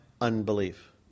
unbelief